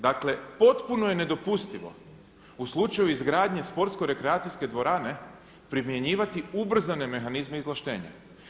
Dakle, potpuno je nedopustivo u slučaju izgradnje sportsko-rekreacijske dvorane primjenjivati ubrzane mehanizme izvlaštenja.